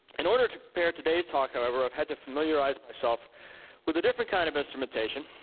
in order to prepare today's talk, however, i've had to familiarize myself with a different kind of instrumentation.